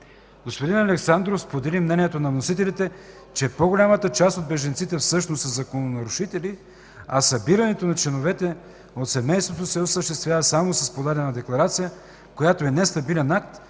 Господин Александров сподели мнението на вносителите, че по-голямата част от бежанците всъщност са закононарушители, а събирането на членове от семейството се осъществява само с подадена декларация, която е нестабилен акт